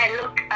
look